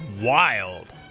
wild